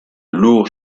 lourd